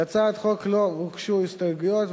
להצעת החוק לא הוגשו הסתייגויות,